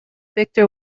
victor